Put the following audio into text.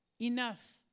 enough